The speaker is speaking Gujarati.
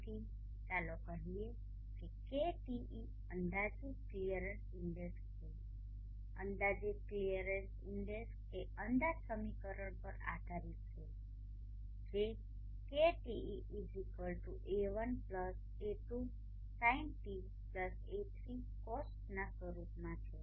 તેથી ચાલો કહીએ કે KTe અંદાજીત ક્લિયરન્સ ઇન્ડેક્સ છે અંદાજીત ક્લિયરનેસ ઇન્ડેક્સ એ અંદાજ સમીકરણ પર આધારિત છે જે KTeA1A2sinτA3cosτના સ્વરૂપમાં છે